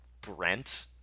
Brent